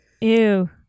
Ew